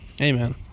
amen